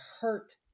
hurt